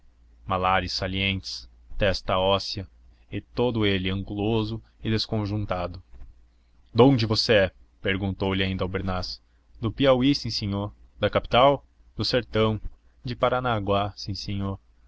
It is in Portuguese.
feias malares salientes testa óssea e todo ele anguloso e desconjuntado donde você é perguntou-lhe ainda albernaz do piauí sim sinhô da capital do sertão de paranaguá sim sinhô